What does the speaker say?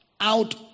out